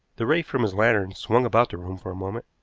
the ray from his lantern swung about the room for a moment,